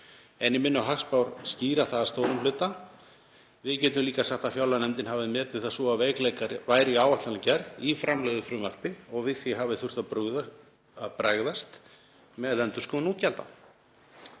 en ég minni á að hagspár skýra það að stórum hluta. Við getum líka sagt að fjárlaganefndin hafi metið það svo að veikleikar væru í áætlanagerð í framlögðu frumvarpi og við því hafi þurft að bregðast með endurskoðun útgjalda.